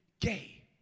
gay